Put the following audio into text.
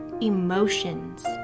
emotions